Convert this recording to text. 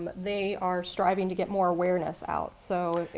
they are striving to get more awareness out, so.